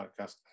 podcast